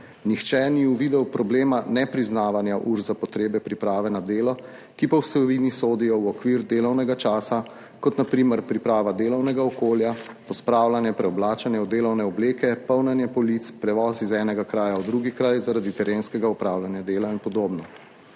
nihče ni videl problema nepriznavanja ur za potrebe priprave na delo, ki po vsebini sodijo v okvir delovnega časa, kot na primer priprava delovnega okolja, pospravljanje, preoblačenje v delovne obleke, polnjenje polic, prevoz iz enega kraja v drugi kraj zaradi terenskega opravljanja dela in podobno.